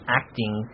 acting